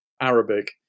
Arabic